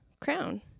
crown